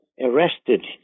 arrested